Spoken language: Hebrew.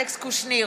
אלכס קושניר,